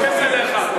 זה מתייחס אליך.